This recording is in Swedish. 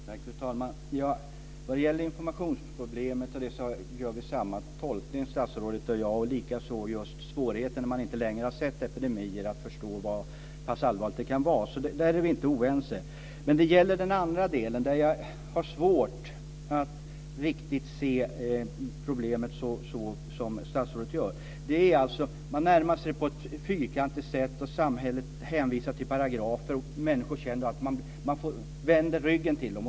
Fru talman! När det gäller informationsproblemet gör statsrådet och jag samma tolkning, likaså när det gäller just svårigheten, för dem som inte har sett epidemier, att förstå hur pass allvarligt det här kan vara. I det fallet är vi inte oense. När det gäller den andra delen har jag svårt att riktigt se problemet så som statsrådet gör. Man närmar sig det här på ett fyrkantigt sätt. Samhället hänvisar till paragrafer, och människor känner att samhället vänder ryggen till dem.